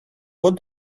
what